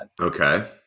Okay